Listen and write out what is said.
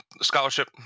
Scholarship